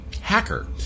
hacker